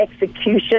execution